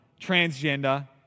transgender